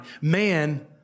Man